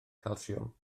calsiwm